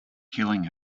killing